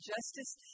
Justice